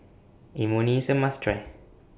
Imoni IS A must Try